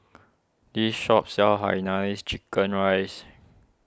this shop sells Hainanese Chicken Rice